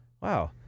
wow